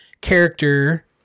character